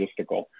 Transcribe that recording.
logistical